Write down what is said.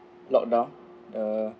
lock down the